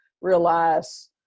realize